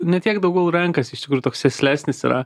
ne tiek daugiau renkasi iš tikrųjų toks sėslesnis yra